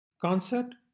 Concept